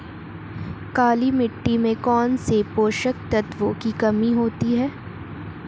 काली मिट्टी में कौनसे पोषक तत्वों की कमी होती है?